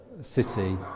City